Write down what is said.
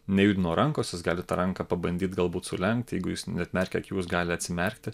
nejudino rankos jis gali tą ranką pabandyt galbūt sulenkt jeigu jis neatmerkia akių jis gali atsimerkti